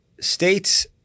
states